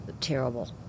terrible